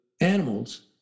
animals